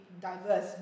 diverse